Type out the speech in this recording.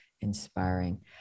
inspiring